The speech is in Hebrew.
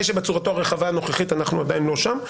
שבצורתו הרחב הנוכחית אנחנו עדיין לא שם.